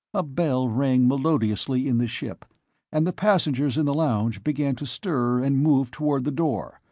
a bell rang melodiously in the ship and the passengers in the lounge began to stir and move toward the door,